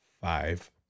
Five